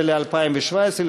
זה ל-2017.